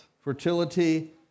Fertility